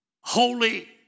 holy